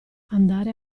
andare